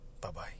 Bye-bye